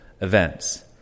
events